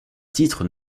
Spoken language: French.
titres